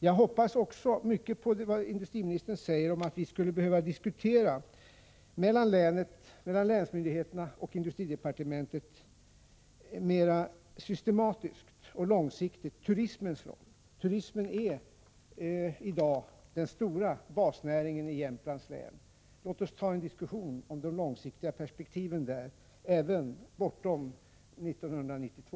Jag hoppas också mycket på vad industriministern säger om att vi mellan länsmyndigheterna och industridepartementet mera systematiskt och långsiktigt skulle behöva diskutera turismens roll. Turismen är i dag den stora basnäringen i Jämtlands län. Låt oss ta en diskussion om de långsiktiga perspektiven därvidlag, även bortom 1992.